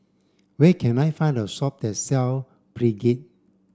where can I find a shop that sell Pregain